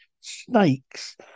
snakes